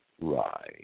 Right